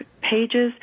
pages